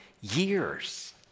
years